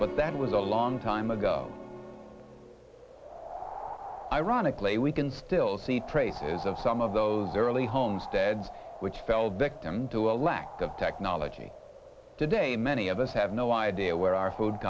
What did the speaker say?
but that was a long time ago ironically we can still see traces of some of those early homesteads which fell victim to a lack of technology today many of us have no idea where our food